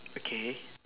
okay